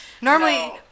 Normally